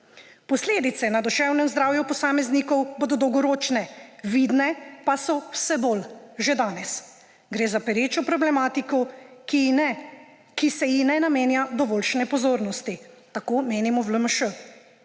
Posledice na duševnem zdravju posameznikov bodo dolgoročne, vidne pa so vse bolj že danes. Gre za perečo problematiko, ki se ji ne namenja dovoljšne pozornosti. Tako menimo v LMŠ.